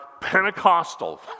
Pentecostal